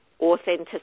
authenticity